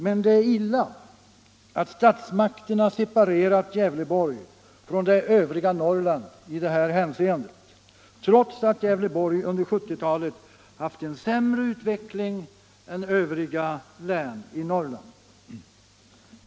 Men det är illa att statsmakterna separerat Gävleborg från det övriga Norrland i detta hänseende, trots att Gävleborg under 1970-talet haft en sämre utveckling än andra län i Norrland.